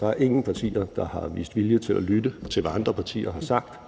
der er ingen partier, der har vist vilje til at lytte til, hvad andre partier har sagt.